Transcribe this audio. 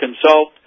Consult